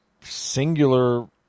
singular